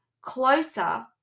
closer